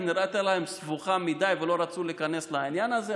כי היא נראתה להם סבוכה מדי ולא רצו להיכנס לעניין הזה,